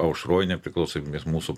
aušroj nepriklausomybės mūsų